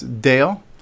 Dale